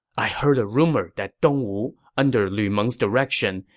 i heard a rumor that dongwu, under lu meng's direction,